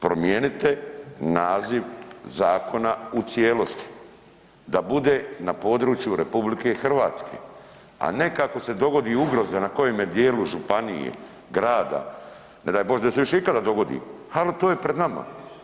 Promijenite naziv zakona u cijelosti da bude na području RH, a ne kako se dogodi ugroza na kojemu dijelu županije, grada, ne daj Bože da se više ikada dogodi, ali to je pred nama.